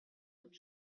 toute